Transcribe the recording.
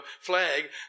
flag